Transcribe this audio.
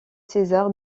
césar